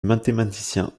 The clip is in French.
mathématicien